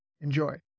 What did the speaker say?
Enjoy